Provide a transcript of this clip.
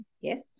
Yes